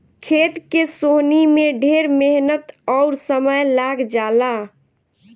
खेत के सोहनी में ढेर मेहनत अउर समय लाग जला